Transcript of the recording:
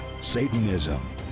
satanism